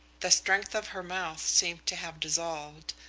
the strength of her mouth seemed to have dissolved,